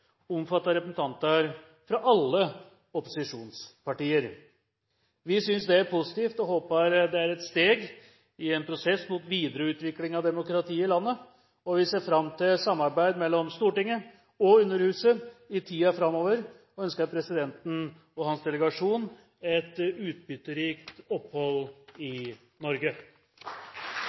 omfatter representanter fra alle opposisjonspartier. Vi synes det er positivt, og håper det er et steg i en prosess mot videre utvikling av demokrati i landet. Vi ser fram til samarbeid mellom Stortinget og Underhuset i tiden framover og ønsker presidenten og hans delegasjon et utbytterikt opphold i Norge.